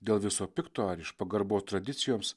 dėl viso pikto ar iš pagarbos tradicijoms